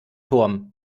turm